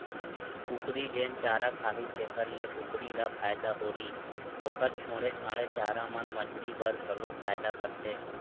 कुकरी जेन चारा खाही तेखर ले कुकरी ल फायदा होही, ओखर छोड़े छाड़े चारा मन मछरी बर घलो फायदा करथे